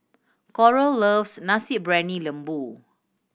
Coral loves Nasi Briyani Lembu